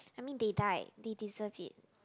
I mean they died they deserve it